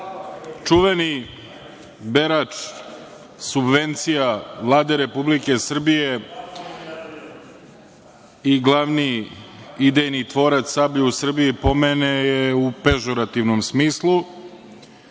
čuveni berač subvencija Vlade Republike Srbije i glavni idejni tvorac „Sablje“ u Srbiji pomene je u pežorativnom smislu.